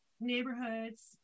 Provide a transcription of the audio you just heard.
neighborhoods